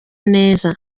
neza